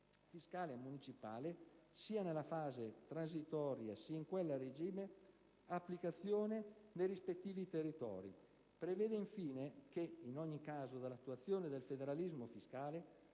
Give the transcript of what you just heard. fiscale municipale, sia nella fase transitoria che in quella a regime, ha applicazione nei rispettivi territori. Esso prevede, infine, che, in ogni caso, dall'attuazione del federalismo fiscale